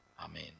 Amen